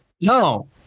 No